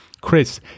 Chris